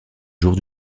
jour